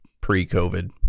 pre-COVID